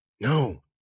No